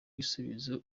gusubiza